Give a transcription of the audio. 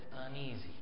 uneasy